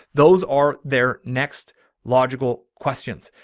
those are their next logical questions.